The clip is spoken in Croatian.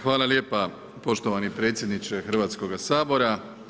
Hvala lijepo poštovani predsjedniče Hrvatskog sabora.